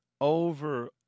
Over